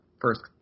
first